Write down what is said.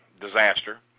disaster